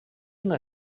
una